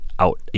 Out